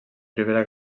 primera